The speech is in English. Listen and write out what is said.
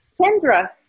Kendra